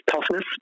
toughness